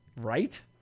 Right